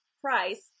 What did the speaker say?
price